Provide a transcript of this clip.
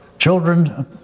Children